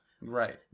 Right